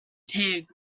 pig